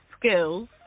skills